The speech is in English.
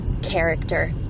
character